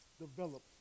Develop